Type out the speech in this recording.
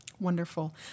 Wonderful